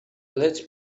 let